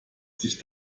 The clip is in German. sich